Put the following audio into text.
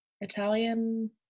Italian